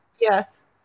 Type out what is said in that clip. Yes